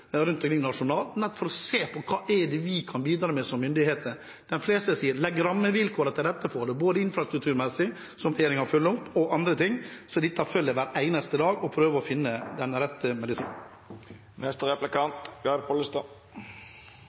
rundt omkring nasjonalt, nettopp for å se på hva vi kan bidra med som myndigheter. De fleste sier: Legg rammevilkårene til rette for det, både infrastrukturmessig – som regjeringen følger opp – og andre ting. Så dette følger jeg opp hver eneste dag og prøver å finne den rette